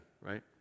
right